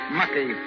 mucky